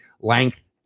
length